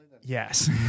Yes